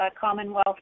Commonwealth